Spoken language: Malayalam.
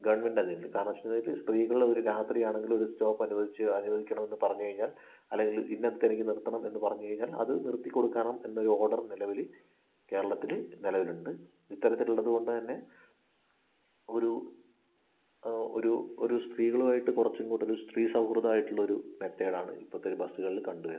ഗവൺമെൻ്റ് അധീനതയിൽ കാരണം വച്ചു കഴിഞ്ഞാൽ സ്ത്രീകൾ അവർ രാത്രി ആണെങ്കിലും ഒരു സ്റ്റോപ്പ് അനുവദിച്ച് അനുവദിക്കണം എന്നു പറഞ്ഞു കഴിഞ്ഞാൽ അല്ലെങ്കിൽ ഇന്നയിടത്ത് എനിക്ക് നിർത്തണം എന്ന് പറഞ്ഞു കഴിഞ്ഞാൽ അത് നിർത്തിക്കൊടുക്കണം എന്ന ഒരു ഓർഡർ നിലവിൽ കേരളത്തിൽ നിലവിലുണ്ട് ഇത്തരത്തിലുള്ളതുകൊണ്ടുതന്നെ ഒരു ഒരു ഒരു സ്ത്രീകളുമായിട്ട് കുറച്ചുംകൂടിയൊരു സ്ത്രീ സൗഹൃദമായിട്ടുളള ഒരു മെത്തേഡാണ് ഇപ്പോഴത്തെ ഒരു ബസ്സുകളിൽ കണ്ടു വരുന്നത്